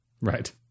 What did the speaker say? Right